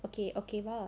okay okay but